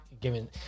given